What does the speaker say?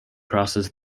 crosses